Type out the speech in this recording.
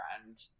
friend